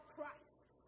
Christ